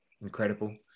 Incredible